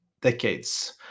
decades